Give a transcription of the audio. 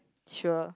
sure